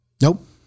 Nope